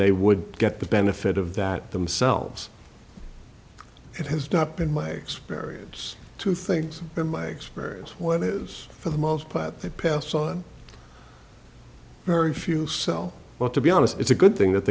they would get the benefit of that themselves it has not been my experience two things in my experience one is for the most part they pass on very few sell well to be honest it's a good thing that